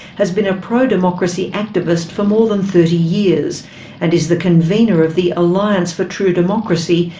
has been a pro-democracy activist for more than thirty years and is the convenor of the alliance for true democracy,